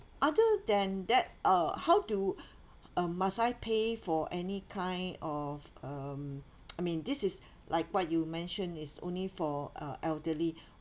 other than that uh how do uh must I pay for any kind of um I mean this is like what you mention is only for uh elderly